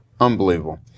unbelievable